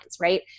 right